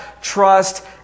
trust